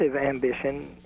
ambition